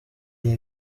iyi